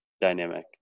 dynamic